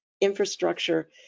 infrastructure